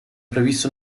prevista